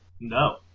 No